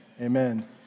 amen